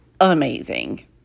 amazing